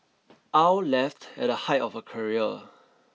Aw left at the high of her career